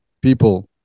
people